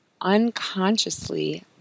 unconsciously